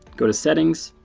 go to settings,